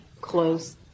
close